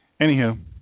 Anywho